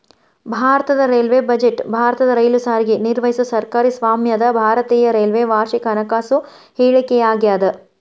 ಭಾರತದ railway budget ಭಾರತದ rail ಸಾರಿಗೆ ನಿರ್ವಹಿಸೊ ಸರ್ಕಾರಿ ಸ್ವಾಮ್ಯದ ಭಾರತೇಯ ರೈಲ್ವೆ ವಾರ್ಷಿಕ ಹಣಕಾಸು ಹೇಳಿಕೆಯಾಗ್ಯಾದ